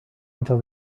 until